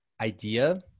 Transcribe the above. idea